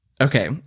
okay